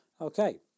Okay